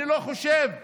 אני לא חושב שש"ס,